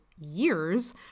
years